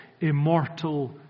immortal